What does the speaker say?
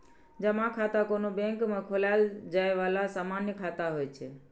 जमा खाता कोनो बैंक मे खोलाएल जाए बला सामान्य खाता होइ छै